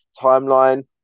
timeline